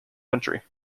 country